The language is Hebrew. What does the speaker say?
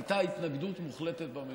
הייתה התנגדות מוחלטת בממשלה.